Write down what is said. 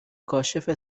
کاشف